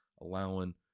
allowing